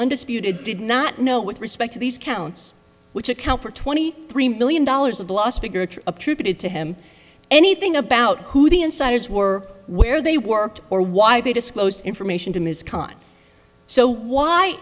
undisputed did not know with respect to these counts which account for twenty three million dollars of the last figure attributed to him anything about who the insiders were where they worked or why they disclosed information to